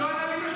--- לא להפריע.